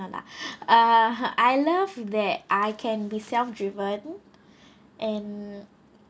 no lah uh I love that I can be self driven and